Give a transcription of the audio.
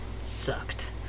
sucked